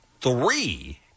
three